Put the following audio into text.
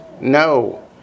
No